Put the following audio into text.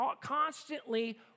Constantly